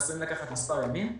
וזה עשוי לקחת מספר ימים.